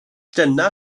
dyna